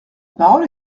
parole